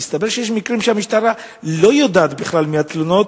מסתבר שיש מקרים שהמשטרה לא יודעת בכלל על התלונות,